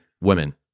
women